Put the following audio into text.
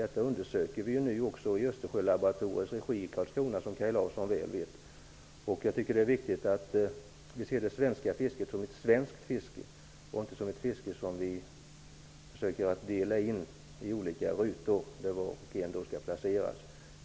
Det undersöks nu, som Kaj Larsson väl vet, i Jag tycker att det är viktigt att vi ser fisket som ett svenskt fiske och inte försöker dela in det i olika rutor där var och en skall placeras.